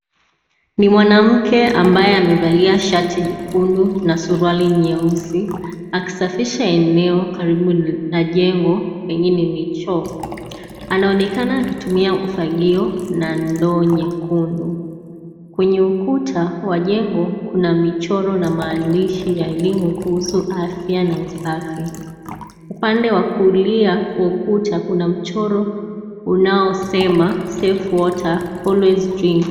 Ni mwanamke ambaye amevalia shati nyekundu na suruali nyeusi, akisafisha eneo karibu na jengo, pengine ni choo. Anaonekana akitumia ufagio na ndoo nyekundu. Kwenye ukuta wa jengo, kuna michoro na maandishi ya elimu kuhusu afya na usafi. Upande wa kulia wa ukuta kuna mchoro unaosema Safe water always drink